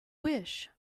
wish